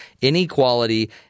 Inequality